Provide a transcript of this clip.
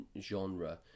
genre